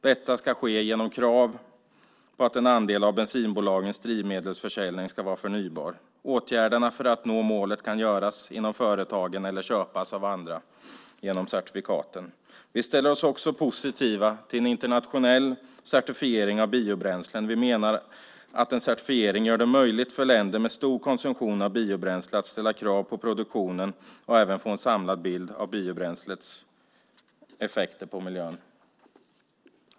Det ska ske genom krav på att en andel av bensinbolagens drivmedelsförsäljning ska vara förnybar. Åtgärderna för att nå målet kan göras inom företagen eller köpas av andra genom certifikaten. Vi ställer oss också positiva till en internationell certifiering av biobränslen. Vi menar att en certifiering gör det möjligt för länder med stor konsumtion av biobränsle att ställa krav på produktionen och även få en samlad bild av biobränslets effekter på miljön.